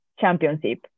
championship